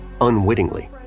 Unwittingly